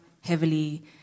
heavily